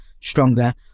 stronger